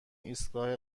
ایستگاه